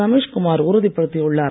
Rameshkumar உறுதிப்படுத்தியுள்ளார்